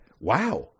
Wow